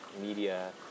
media